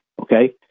Okay